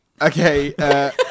Okay